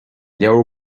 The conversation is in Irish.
leabhar